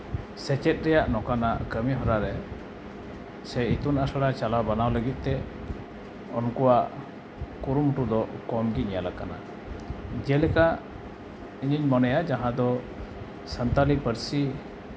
ᱥᱮᱪᱮᱫ ᱨᱮᱭᱟᱜ ᱱᱚᱝᱠᱟᱱᱟᱜ ᱠᱟᱹᱢᱤᱦᱚᱨᱟ ᱨᱮ ᱥᱮ ᱤᱛᱩᱱ ᱟᱥᱲᱟ ᱪᱟᱞᱟᱣ ᱵᱟᱱᱟᱣ ᱞᱟᱹᱜᱤᱫ ᱛᱮ ᱩᱱᱠᱩᱣᱟᱜ ᱠᱩᱨᱩᱢᱩᱴᱩ ᱫᱚ ᱠᱚᱢ ᱜᱮ ᱧᱮᱞᱟᱠᱟᱱᱟ ᱡᱮᱞᱮᱠᱟ ᱤᱧᱤᱧ ᱢᱚᱱᱮᱭᱟ ᱡᱟᱦᱟᱸ ᱫᱚ ᱥᱟᱱᱛᱟᱲᱤ ᱯᱟᱹᱨᱥᱤ